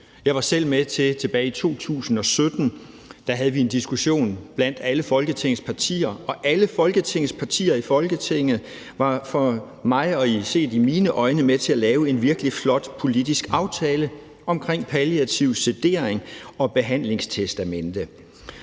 Jeg var selv med, da vi tilbage i 2017 havde en diskussion blandt alle Folketingets partier, som alle set med mine øjne var med til at lave en virkelig flot politisk aftale om palliativ sedering og behandlingstestamente